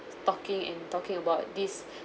talking and talking about this